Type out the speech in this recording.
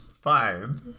Fine